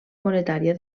monetària